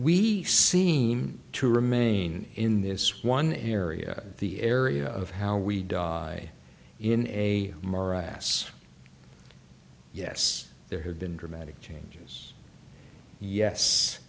we seem to remain in this one area the area of how we die in a morass yes there have been dramatic changes yes